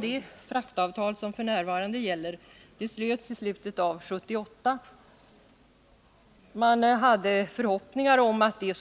Det avtal som slöts i slutet av 1978